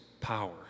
power